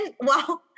wow